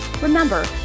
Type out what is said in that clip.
Remember